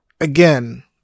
Again